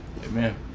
Amen